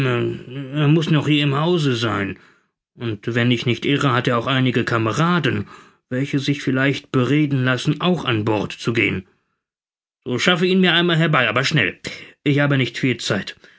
er muß noch hier im hause sein und wenn ich nicht irre hat er auch einige kameraden welche sich vielleicht bereden lassen auch an bord zu gehen so schaffe ihn mir einmal herbei aber schnell ich habe nicht viel zeit